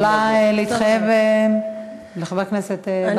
את יכולה להתחייב לחבר הכנסת באסל גטאס?